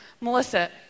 Melissa